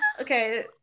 Okay